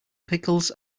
pickles